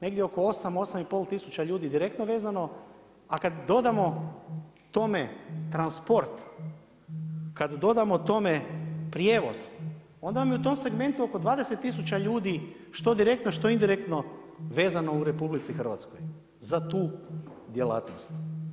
Negdje oko 8, 8 i pol tisuća ljudi direktno je vezano a kad dodamo tome transport, kad dodamo tome prijevoz, onda vam je u tome segmentu oko 20 tisuća ljudi što direktno, što indirektno vezano u RH za tu djelatnost.